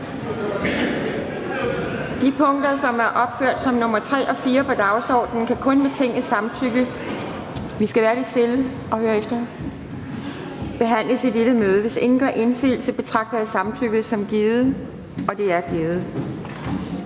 De punkter, som er opført som nr. 3 og 4 på dagsordenen, kan kun med Tingets samtykke behandles i dette møde. Hvis ingen gør indsigelse, betragter jeg samtykket som givet. Det er givet.